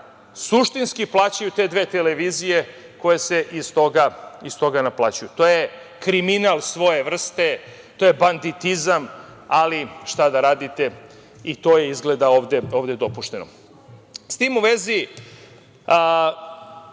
suštinski plaćaju te dve televizije koje se iz toga naplaćuju. To je kriminal svoje vrste. To je banditizam. Ali, šta da radite i to je izgleda ovde dopušteno.S tim u vezi,